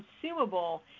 consumable